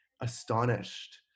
astonished